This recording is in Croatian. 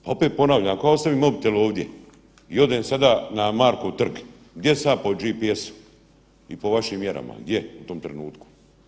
Pa opet ponavljam, ako ja ostavim mobitel ovdje i odem sada na Markov trg gdje sam ja po GPS-u i po vašim mjerama, gdje u tom trenutku?